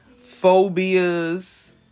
Phobias